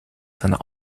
seiner